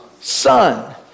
son